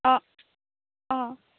অঁ অঁ